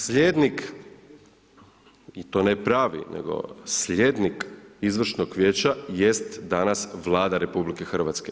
Slijednik i to ne pravi, nego slijednik izvršnog vijeća jest danas Vlada RH.